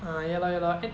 ah ya lor ya lor